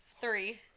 Three